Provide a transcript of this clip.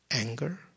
Anger